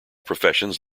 professions